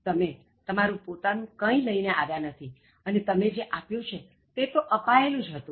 તમે તમારું પોતાનું કઇં લઈને આવ્યા નથી અને તમે જે આપ્યું છે તે તો અપાયેલું જ હતું